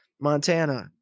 Montana